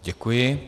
Děkuji.